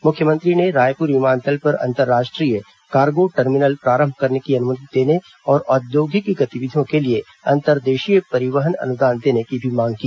मुख्यमंत्री ने रायपुर विमानतल पर अंतर्राष्ट्रीय कार्गो टर्मिनल प्रारंभ करने की अनुमति देने और औद्योगिक गतिविधियों के लिए अंतर्देशीय परिवहन अनुदान देने की भी मांग की